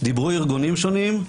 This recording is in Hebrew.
דיברו ארגונים שונים,